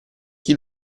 chi